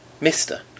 Mister